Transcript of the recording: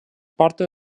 porta